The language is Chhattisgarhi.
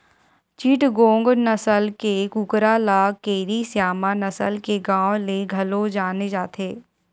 चिटगोंग नसल के कुकरा ल केरी स्यामा नसल के नांव ले घलो जाने जाथे